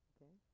Okay